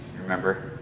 Remember